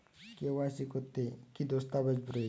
KYC করতে কি দস্তাবেজ প্রয়োজন?